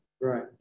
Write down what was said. Right